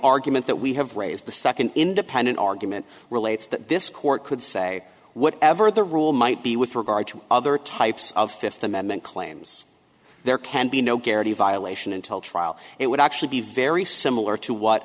argument that we have raised the second independent argument relates that this court could say whatever the rule might be with regard to other types of fifth amendment claims there can be no guarantee violation until trial it would actually be very similar to what